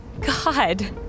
god